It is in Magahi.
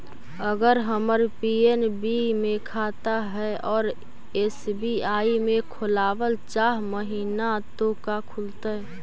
अगर हमर पी.एन.बी मे खाता है और एस.बी.आई में खोलाबल चाह महिना त का खुलतै?